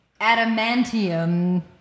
Adamantium